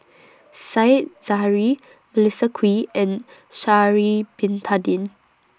Said Zahari Melissa Kwee and Sha'Ari Bin Tadin